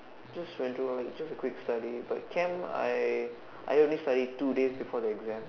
just went through all just a quick study but Chem I I only study two days before the exam